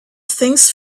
things